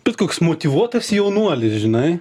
bet koks motyvuotas jaunuolis žinai